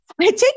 take